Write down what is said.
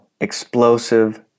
explosive